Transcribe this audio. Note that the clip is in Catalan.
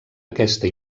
aquesta